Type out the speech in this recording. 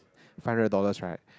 five hundred dollars right